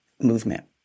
movement